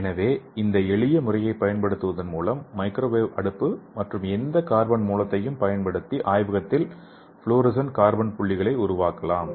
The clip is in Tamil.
எனவே இந்த எளிய முறையைப் பயன்படுத்துவதன் மூலம் மைக்ரோவேவ் அடுப்பு மற்றும் எந்த கார்பன் மூலத்தையும் பயன்படுத்தி ஆய்வகத்தில் ஃப்ளோரசன்ட் கார்பன் புள்ளிகளை உருவாக்கலாம்